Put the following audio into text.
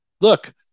look